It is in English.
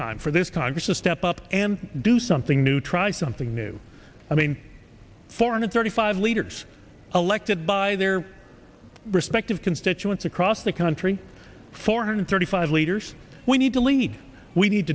time for this congress to step up and do something new try something new i mean four and thirty five leaders elected by their respective constituents across the country four hundred thirty five leaders we need to lead we need